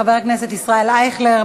חבר הכנסת ישראל אייכלר,